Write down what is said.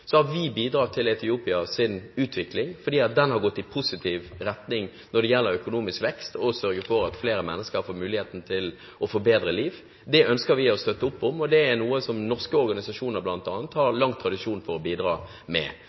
har bidratt til Etiopias utvikling, fordi den har gått i positiv retning når det gjelder økonomisk vekst, som har sørget for at flere mennesker har fått mulighet til et bedre liv. Det ønsker vi å støtte opp om, og det er noe som norske organisasjoner bl.a. har lang tradisjon for å bidra